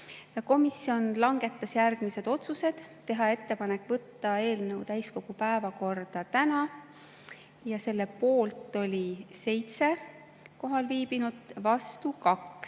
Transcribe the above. Komisjon langetas järgmised otsused. Teha ettepanek võtta eelnõu täiskogu päevakorda täna, selle poolt oli 7 kohalviibinut, vastu 2: